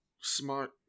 smart